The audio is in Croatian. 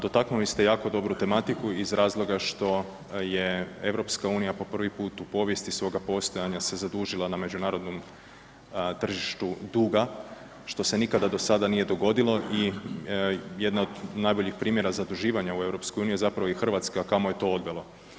Dotaknuli ste jako dobru tematiku iz razloga što je EU po prvi puta u povijesti svojega postojanja se zadužila na međunarodnom tržištu duga što se nikada do sada nije dogodilo i jedna od najboljih primjera zaduživanja u EU je zapravo i Hrvatska kamo je to odvelo.